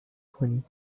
کنیم